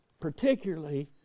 particularly